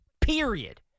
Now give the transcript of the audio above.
Period